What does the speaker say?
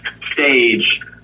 stage